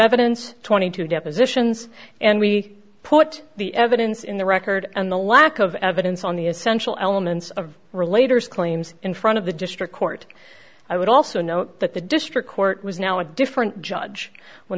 evidence twenty two depositions and we put the evidence in the record and the lack of evidence on the essential elements of related claims in front of the district court i would also note that the district court was now a different judge when